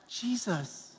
Jesus